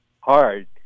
hard